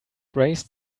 braced